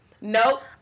Nope